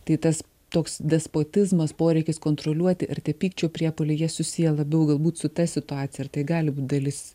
tai tas toks despotizmas poreikis kontroliuoti ir tie pykčio priepuoliai jie susiję labiau galbūt su ta situacija ir tai gali būt dalis